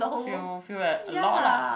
feel feel a a lot lah